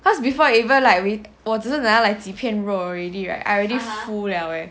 cause before even like we 我只是拿来几片肉 already right I already full liao eh